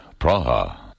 Praha